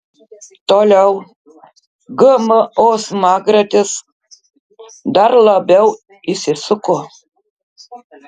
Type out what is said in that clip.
toliau gmo smagratis dar labiau įsisuko